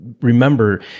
Remember